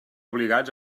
obligats